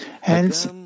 Hence